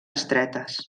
estretes